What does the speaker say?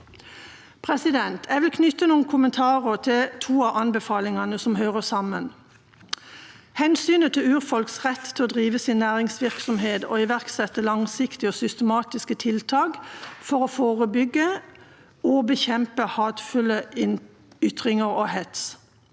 behandling. Jeg vil knytte noen kommentarer til to av anbefalingene som hører sammen: hensynet til urfolks rett til å drive sin næringsvirksomhet, og å iverksette langsiktige og systematiske tiltak for å forebygge og bekjempe hatefulle ytringer og hets.